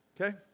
Okay